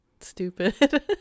stupid